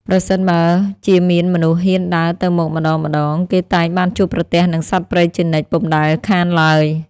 ប្រសិនបើជាមានមនុស្សហ៊ានដើរទៅមកម្ដងៗ គេតែងបានជួបប្រទះនឹងសត្វព្រៃជានិច្ចពុំដែលខានឡើយ ។